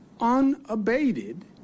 unabated